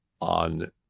on